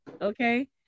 Okay